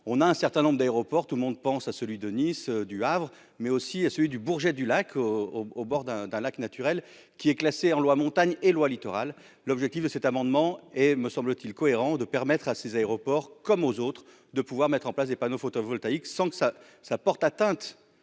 on a un certain nombre d'aéroports, tout le monde pense à celui de Nice, du Havre, mais aussi à celui du Bourget du Lac au au bord d'un d'un lac naturel qui est classé en loi montagne et loi littoral l'objectif de cet amendement est me semble-t-il cohérent de permettre à ses aéroports comme aux autres, de pouvoir mettre en place des panneaux photovoltaïques, sans que ça, ça porte atteinte